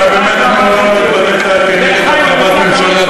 אתה באמת לא התבטאת נגד הרחבת הממשלה,